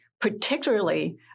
particularly